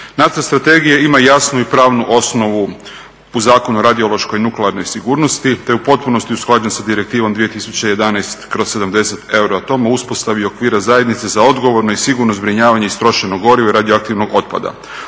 Nacrt strategije ima i jasnu pravnu osnovu u Zakonu o radiološkoj i nuklearnoj sigurnosti, te je u potpunosti usklađen sa Direktivom 2011/70 …/Govornik se ne razumije/… o uspostavi okvira zajednice za odgovorno i sigurno zbrinjavanje istrošenog goriva i radioaktivnog otpada.